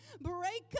Break